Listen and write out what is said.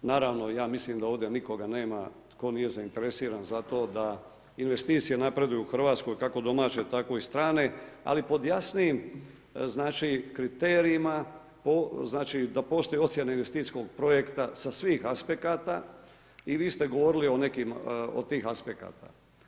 Naravno ja mislim da ovdje nikoga nema tko nije zainteresiran za to da investicije napreduju u Hrvatskoj kako domaće tako i strane ali pod jasnijim znači kriterijima, po znači da postoje ocjene investicijskog projekta sa svih aspekata i vi ste govorili o nekim od tih aspekata.